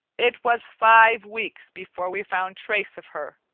it was five weeks before we found trace of her,